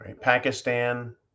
Pakistan